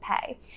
pay